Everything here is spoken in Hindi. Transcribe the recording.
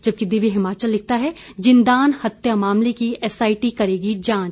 जबकि दिव्य हिमाचल लिखता है जिन्दान हत्या मामले की एसआईटी करेगी जांच